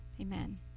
amen